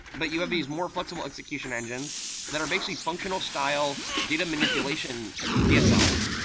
but you have these more flexible execution engines that are basically functional style, data manipulation dsl's,